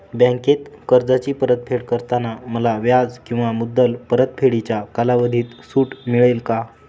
बँकेत कर्जाची परतफेड करताना मला व्याज किंवा मुद्दल परतफेडीच्या कालावधीत सूट मिळेल का?